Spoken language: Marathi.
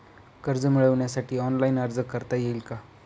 कर्ज मिळविण्यासाठी ऑनलाइन अर्ज करता येईल का?